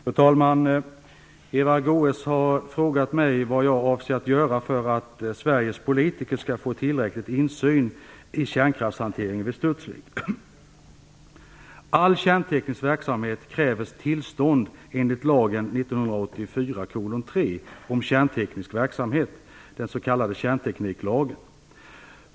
Fru talman! Eva Goës har frågat mig vad jag avser göra för att Sveriges politiker skall få tillräcklig insyn i kärnkraftshanteringen vid Studsvik. .